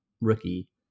rookie